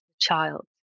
child